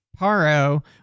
paro